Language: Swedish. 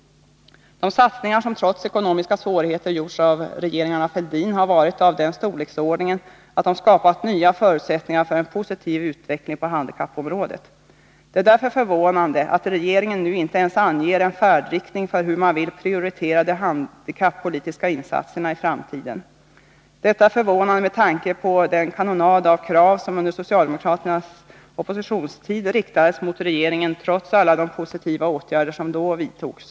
De satsningar som trots ekonomiska svårigheter gjorts av regeringarna Fälldin har varit av den storleksordningen att de skapat nya förutsättningar för en positiv utveckling på handikappområdet. Det är därför förvånande att regeringen nu inte ens anger en färdriktning för hur man vill prioritera de handikappolitiska insatserna i framtiden. Detta är förvånande med tanke på den kanonad av krav som under socialdemokraternas oppositionstid riktades mot regeringen, trots alla de positiva åtgärder som då vidtogs.